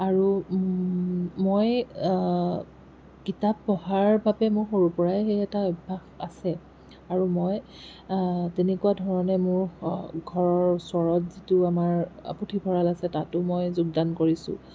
আৰু মই কিতাপ পঢ়াৰ বাবে সৰুৰপৰাই এটা অভ্যাস আছে আৰু মই তেনেকুৱা ধৰণে মোৰ ঘৰৰ ওচৰত যিটো আমাৰ পুথিভঁৰাল আছে তাতো মই যোগদান কৰিছোঁ